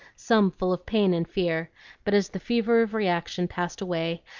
some full of pain and fear but as the fever of reaction passed away,